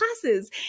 classes